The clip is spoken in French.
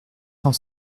cent